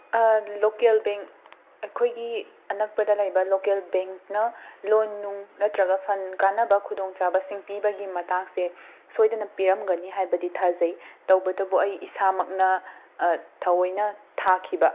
local bank ꯑꯩꯈꯣꯏꯒꯤ ꯑꯅꯛꯄꯗ ꯂꯩꯕ ꯂꯣꯀꯦꯜ ꯕꯦꯡ꯭ꯛꯅ ꯂꯣꯟ ꯅꯨꯡ ꯅꯠꯇ꯭ꯔꯒ ꯐꯟ ꯀꯥꯟꯅꯕ ꯈꯨꯗꯣꯡ ꯆꯥꯕꯁꯤꯡ ꯄꯤꯕꯒꯤ ꯃꯇꯥꯡꯁꯦ ꯁꯣꯏꯗꯅ ꯄꯤꯔꯝꯒꯅꯤ ꯍꯥꯏꯕꯗꯤ ꯊꯥꯖꯩ ꯇꯧꯕꯗꯕꯨ ꯑꯩ ꯏꯁꯥ ꯃꯛꯅ ꯊꯥꯋꯣꯏꯅ ꯊꯥꯈꯤꯕ